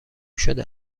شده